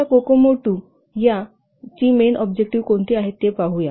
आता Kokomo II ची main objective कोणती आहेत ते पाहूया